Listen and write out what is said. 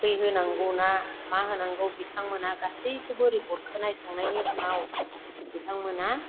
थै होनांगौना मा होनांगौ बिथां मोनहा गासैखौबो रिपर्टखो नायखांनायनि उनाव बिथांमोना